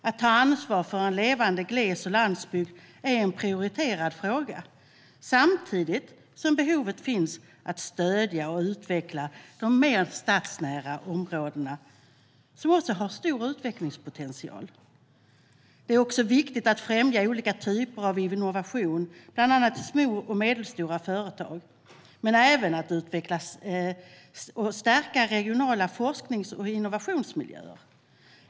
Att ta ansvar för en levande gles och landsbygd är en prioriterad fråga samtidigt som det finns ett behov av att stödja och utveckla de mer stadsnära områdena, som också har stor utvecklingspotential. Det är också viktigt att främja olika typer av innovationer, bland annat i små och medelstora företag, men även att utveckla och stärka regionala forsknings och innovationsmiljöer.